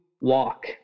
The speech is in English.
walk